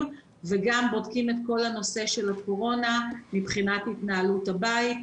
וגם בודקים את כל הנושא של הקורונה מבחינת התנהלות הבית.